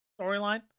storyline